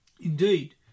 Indeed